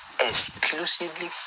exclusively